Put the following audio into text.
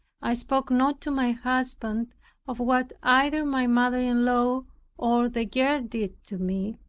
i spoke not to my husband of what either my mother-in-law or the girl did to me,